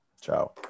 Ciao